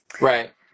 Right